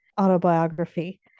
autobiography